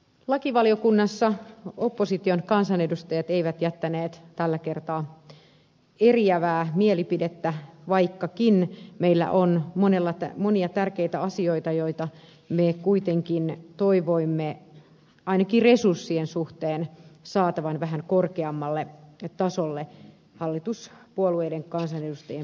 lakivaliokunnassa opposition kansanedustajat eivät jättäneet tällä kertaa eriävää mielipidettä vaikkakin meillä on monia tärkeitä asioita joita me kuitenkin toivoimme ainakin resurssien suhteen saatavan vähän korkeammalle tasolle hallituspuolueiden kansanedustajien prioriteeteissa